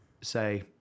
say